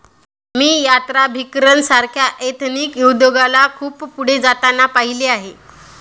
मी यात्राभिकरण सारख्या एथनिक उद्योगाला खूप पुढे जाताना पाहिले आहे